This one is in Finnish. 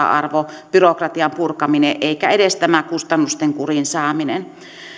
arvo byrokratian purkaminen eikä edes tämä kustannusten kuriin saaminen